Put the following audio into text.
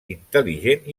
intel·ligent